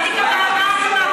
זהבה, תגידי לי,